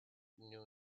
knew